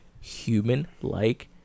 human-like